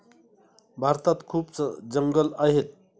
भारतात खूप जंगलं आहेत